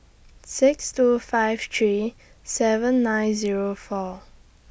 six two five three seven nine Zero four